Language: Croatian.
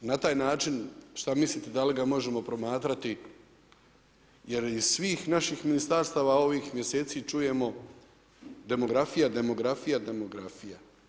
Na taj način šta mislite da li ga možemo promatrati, jer iz svih ovih ministarstava ovih mjeseci čujemo demografija, demografija, demografija.